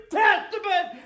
testament